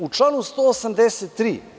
U članu 183.